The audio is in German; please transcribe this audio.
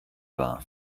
war